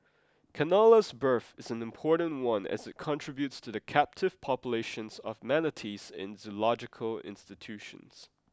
canola's birth is an important one as it contributes to the captive populations of manatees in zoological institutions